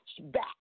back